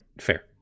Fair